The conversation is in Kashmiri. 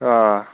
آ